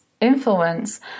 influence